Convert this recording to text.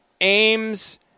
aims